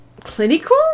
clinical